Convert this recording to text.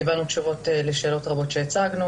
קיבלנו תשובות לשאלות הרבות שהצגנו.